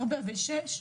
ארבע ושש.